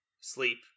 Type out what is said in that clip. sleep